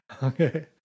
Okay